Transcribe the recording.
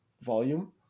volume